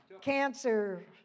Cancer